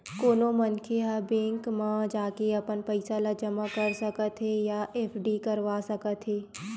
कोनो मनखे ह बेंक म जाके अपन पइसा ल जमा कर सकत हे या एफडी करवा सकत हे